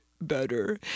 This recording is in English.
better